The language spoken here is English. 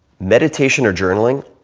meditation or journaling